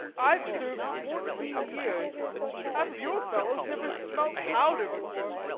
i've served fourteen years half of your fellows never smelt powder before.